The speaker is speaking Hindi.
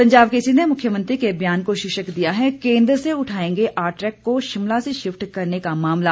पंजाब केसरी ने मुख्यमंत्री के बयान को शीर्षक दिया है केंद्र से उठाएंगे आरट्रैक को शिमला से शिफ्ट करने का मामला